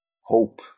Hope